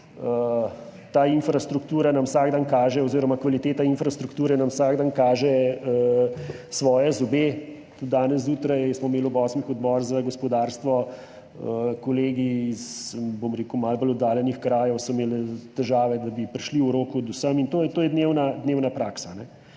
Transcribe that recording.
ta infrastruktura vsak dan kaže oziroma kvaliteta infrastrukture nam vsak dan kaže svoje zobe. Tudi danes zjutraj smo imeli ob osmih odbor za gospodarstvo, kolegi iz malo bolj oddaljenih krajev so imeli težave, da bi prišli v roku do sem in to je dnevna praksa.